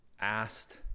asked